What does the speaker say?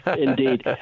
Indeed